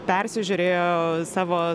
persižiūrėjo savo